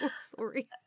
Sorry